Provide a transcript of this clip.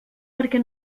perquè